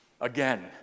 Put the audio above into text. again